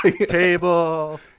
table